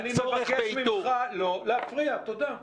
אני מבקש ממך לא להפריע, תודה.